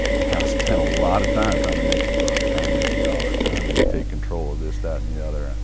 ah spent a lot of time trying to make the bucks trying to make the dollars, to take control of this, that, and the other.